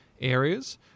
areas